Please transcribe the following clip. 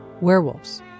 werewolves